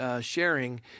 sharing